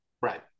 Right